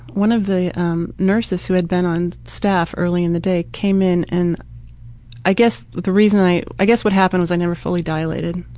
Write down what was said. one of the um nurses who had been on staff early in the day, came in and i guess the reason i, i guess what happened was i was never fully dilated.